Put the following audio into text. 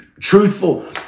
truthful